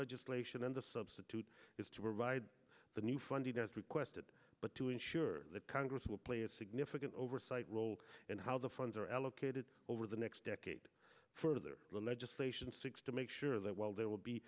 legislation and the substitute is to provide the new funding as requested but to ensure that congress will play a significant oversight role in how the funds are allocated over the next decade for their legislation six to make sure that while there will be